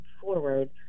forward